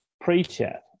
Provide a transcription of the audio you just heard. pre-chat